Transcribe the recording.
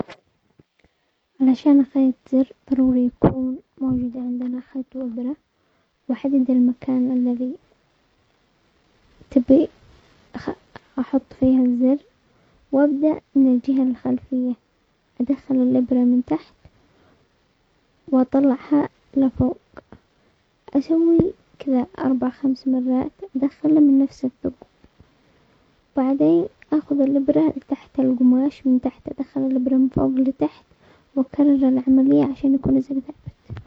عشان اخيط زر ضروري يكون موجود عندنا خيط و ابرة، و احدد المكان الذي تبي ت-احط فيه الزر وابدأ من الجهة الخلفية، ادخل الابرة من تحت واطلعها لفوق، اسوي كذا اربع خمس مرات ادخلها من نفس الثقب، بعدين اخذ الابرة لتحت القماش و من تحت ادخل الابرة من فوق لتحت، واكرر العملية عشان يكون الزر ثابت.